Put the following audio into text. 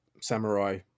Samurai